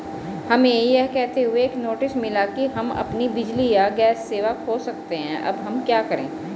हमें यह कहते हुए एक नोटिस मिला कि हम अपनी बिजली या गैस सेवा खो सकते हैं अब हम क्या करें?